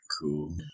cool